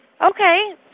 Okay